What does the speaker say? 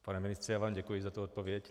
Pane ministře, já vám děkuji za tu odpověď.